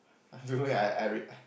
I don't know eh I I real~ I